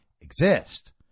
exist